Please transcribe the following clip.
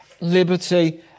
liberty